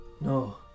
No